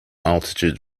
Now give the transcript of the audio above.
altitude